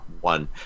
one